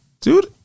Dude